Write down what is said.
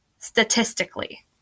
statistically